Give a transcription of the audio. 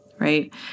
Right